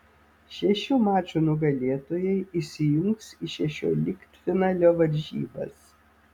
šešių mačų nugalėtojai įsijungs į šešioliktfinalio varžybas